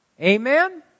Amen